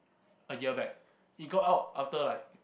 a year back he got out after like